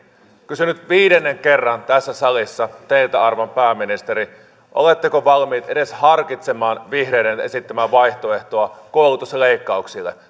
kysyn nyt viidennen kerran tässä salissa teiltä arvon pääministeri oletteko valmiit edes harkitsemaan vihreiden esittämää vaihtoehtoa koulutusleikkauksille